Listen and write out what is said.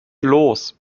los